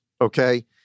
Okay